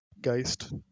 Geist